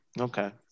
Okay